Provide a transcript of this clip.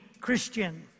Christian